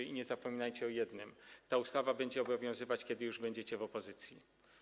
I nie zapominajcie o jednym: ta ustawa będzie obowiązywać, kiedy już będziecie w opozycji.